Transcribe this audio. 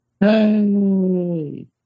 Hey